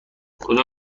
خدا